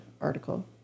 article